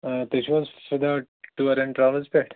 آ تُہۍ چِھوٕ حظ سِٹاٹ ٹیوٗر اینٛڈ ٹرٛیولٕز پیٚٹھ